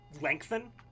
lengthen